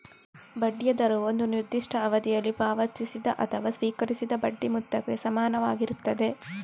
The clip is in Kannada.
ಬಡ್ಡಿಯ ದರವು ಒಂದು ನಿರ್ದಿಷ್ಟ ಅವಧಿಯಲ್ಲಿ ಪಾವತಿಸಿದ ಅಥವಾ ಸ್ವೀಕರಿಸಿದ ಬಡ್ಡಿ ಮೊತ್ತಕ್ಕೆ ಸಮಾನವಾಗಿರುತ್ತದೆ